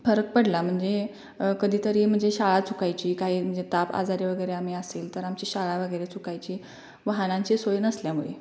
फरक पडला म्हणजे कधीतरी म्हणजे शाळा चुकायची काही म्हणजे ताप आजारी वगैरे आम्ही असेल तर आमची शाळा वगैरे चुकायची वाहनांची सोय नसल्यामुळे